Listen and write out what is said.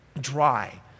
dry